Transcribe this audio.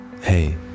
Hey